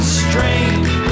strange